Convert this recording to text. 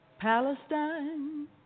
Palestine